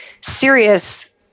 serious